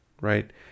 right